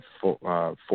four